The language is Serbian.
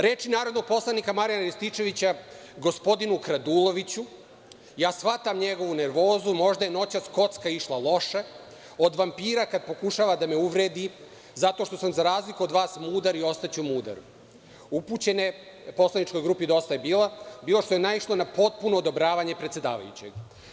Reči narodnog poslanika Marijana Rističevića – gospodinu Kraduloviću, ja shvatam njegovu nervozu, možda je noćas kocka išla loše, od vampira kada pokušava da me uvredi zato što sam, za razliku od vas, mudar i ostaću mudar, upućene Poslaničkoj grupi „Dosta je bilo“, bilo što je naišlo na potpuno odobravanje predsedavajućeg.